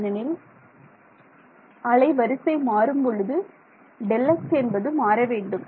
ஏனெனில் அலைவரிசை மாறும்பொழுது Δx என்பது மாற வேண்டும்